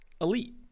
elite